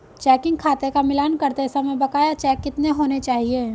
Checking खाते का मिलान करते समय बकाया चेक कितने होने चाहिए?